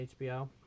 HBO